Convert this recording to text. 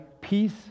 peace